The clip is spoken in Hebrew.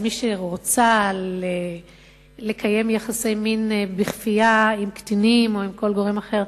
מי שרוצה לקיים יחסי מין בכפייה עם קטינים או עם כל גורם אחר,